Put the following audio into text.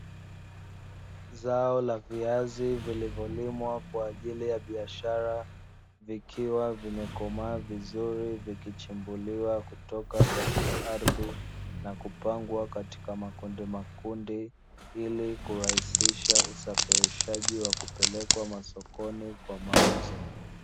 Zao la viazi vilivyolimwa kwa ajili ya biashara, vikiwa vimekomaa vizuri vikichimbuliwa kutoka katika ardhi na kupangwa katika makundimakundi, ili kurahisisha usafirishaji wa kupelekwa masokoni kwa mauzo.